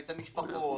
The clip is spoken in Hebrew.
ואת המשפחות.